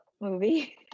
movie